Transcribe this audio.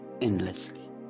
endlessly